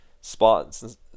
spots